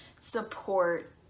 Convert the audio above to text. support